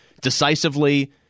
decisively—